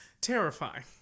Terrifying